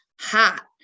Hot